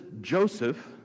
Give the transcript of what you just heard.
Joseph